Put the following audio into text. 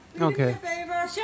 okay